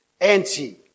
Anti